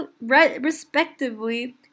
respectively